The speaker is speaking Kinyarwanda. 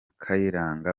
kayiranga